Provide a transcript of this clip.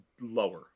lower